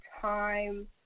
time